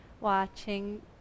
watching